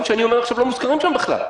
שאני אומר עכשיו לא מוזכרים שם בכלל.